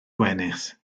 gwenith